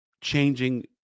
changing